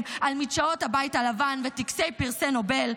על מדשאות הבית הלבן וטקסי פרסי נובל,